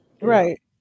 right